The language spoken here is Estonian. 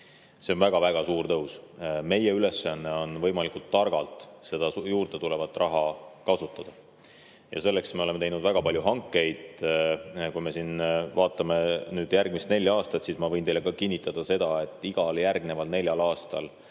See on väga-väga suur tõus. Meie ülesanne on võimalikult targalt seda juurde tulevat raha kasutada. Selleks me oleme teinud väga palju hankeid. Kui me vaatame järgmist nelja aastat, siis ma võin teile kinnitada, et igal järgneval neljal aastal